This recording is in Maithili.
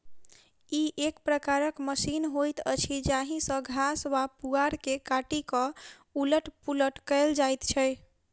ई एक प्रकारक मशीन होइत अछि जाहि सॅ घास वा पुआर के काटि क उलट पुलट कयल जाइत छै